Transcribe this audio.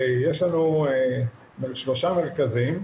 איך הם מיידעים אותנו ושזה לא יהיה מאחורי הגב של אף אחד.